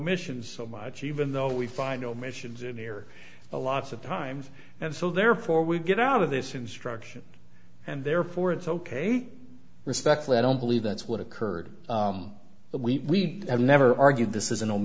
missions so much even though we find omissions in error a lot of times and so therefore we get out of this instruction and therefore it's ok respectfully i don't believe that's what occurred but we have never argued this isn't a